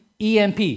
EMP